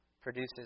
produces